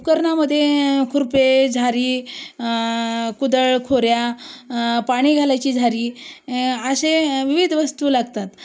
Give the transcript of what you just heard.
उपकरणामध्ये खुर्पे झारी कुदळ खोऱ्या पाणी घालायची झारी असे विविध वस्तू लागतात